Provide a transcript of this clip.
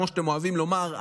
כמו שאתם אוהבים לומר,